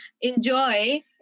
enjoy